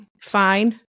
Fine